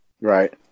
Right